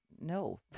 no